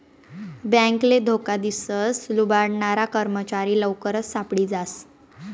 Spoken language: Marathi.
बॅकले धोका दिसन लुबाडनारा कर्मचारी लवकरच सापडी जास